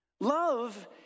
Love